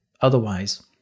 Otherwise